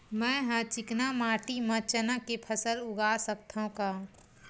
मै ह चिकना माटी म चना के फसल उगा सकथव का?